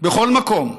בכל מקום.